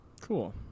Cool